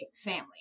family